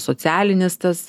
socialinis tas